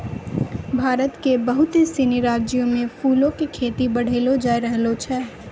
भारत के बहुते सिनी राज्यो मे फूलो के खेती बढ़लो जाय रहलो छै